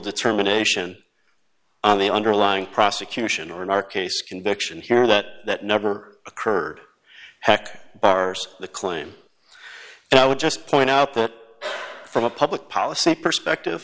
determination on the underlying prosecution or in our case conviction here that that never occurred hack bars the claim and i would just point out that from a public policy perspective